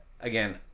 again